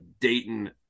Dayton